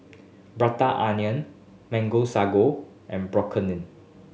Prata Onion Mango Sago and